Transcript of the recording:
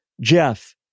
Jeff